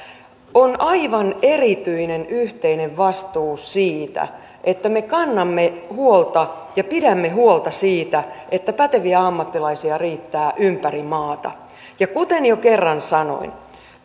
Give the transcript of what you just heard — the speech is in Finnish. on aivan erityinen yhteinen vastuu siitä että me kannamme huolta ja pidämme huolta siitä että päteviä ammattilaisia riittää ympäri maata kuten jo kerran sanoin